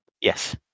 Yes